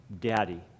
daddy